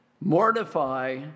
Mortify